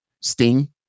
sting